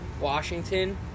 washington